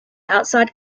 outside